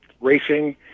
racing